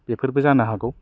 बेफोरबो जानो हागौ